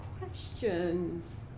questions